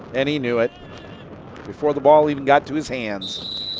and he knew it before the ball even got to his hands.